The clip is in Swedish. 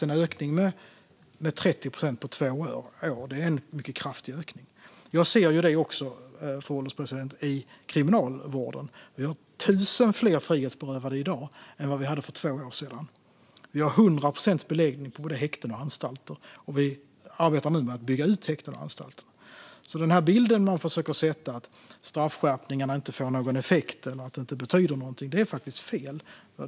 En ökning på 30 procent på två år är en mycket kraftig ökning. Jag ser det också i kriminalvården, fru ålderspresident. Vi har 1 000 fler frihetsberövade i dag än vad vi hade för två år sedan. Vi har 100 procents beläggning på både häkten och anstalter, och vi arbetar nu med att bygga ut häkten och anstalter. Bilden man försöker sätta av att straffskärpningarna inte får någon effekt eller inte betyder någonting är därför fel.